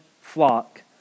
flock